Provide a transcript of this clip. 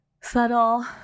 Subtle